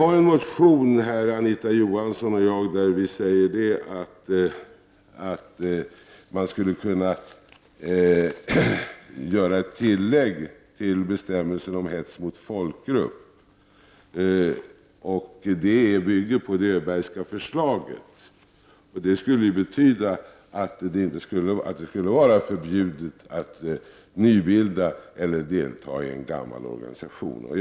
Anita Johansson och jag har en motion där vi säger att man skulle kunna göra ett tillägg till bestämmelsen om hets mot folkgrupp. Det bygger på det Öbergska förslaget, och det skulle ju betyda att det skulle vara förbjudet att nybilda organisationer eller delta i gamla.